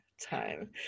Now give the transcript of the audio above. time